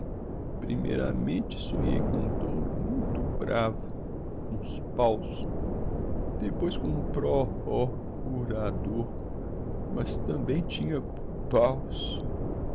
primeiramente sonhei com um toiro muito bravo com uns páus depois com um pró ó curador mas tambem tinha p páus